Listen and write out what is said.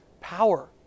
power